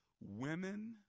women